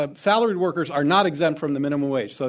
ah salaried workers are not exempt from the minimum wage, so